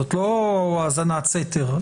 זאת לא האזנת סתר.